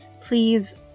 please